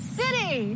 city